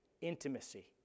intimacy